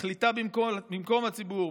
מחליטה במקום הציבור,